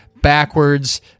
backwards